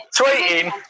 Tweeting